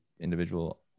individual